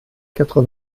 quatre